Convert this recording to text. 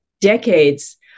decades